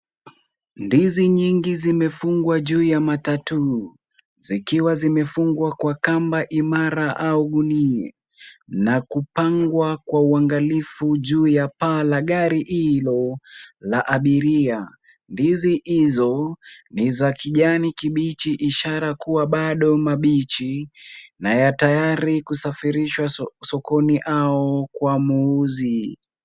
Ndizi nyingi zimefungwa juu ya matatu , zikiwa zimefungwa kwa kamba imara au gunia na kupangwa kwa uangalifu juu ya paa la gari hilo la abiria. Ndizi hizo ni za kijani kibichi ishara kuwa bado mabichi na ya tayari kusafirishwa sokoni au kwa muuzi.